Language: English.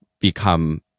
become